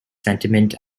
sentiment